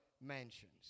Mansions